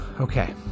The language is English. Okay